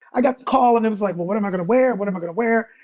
i got the call and i was like, well, what am i gonna wear? and what am i gonna wear?